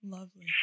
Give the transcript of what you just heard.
Lovely